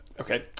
Okay